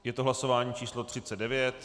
Je to hlasování číslo 39.